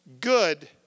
good